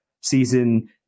season